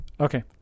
okay